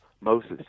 Moses